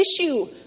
issue